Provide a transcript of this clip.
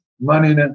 money